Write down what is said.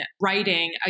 writing